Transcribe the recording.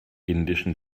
indischen